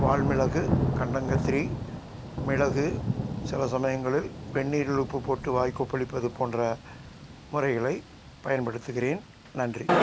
வால்மிளகு கண்டங்கத்திரி மிளகு சில சமயங்களில் வெந்நீரில் உப்பு போட்டு வாய் கொப்பளிப்பது போன்ற முறைகளை பயன்படுத்துகிறேன் நன்றி